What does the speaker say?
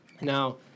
Now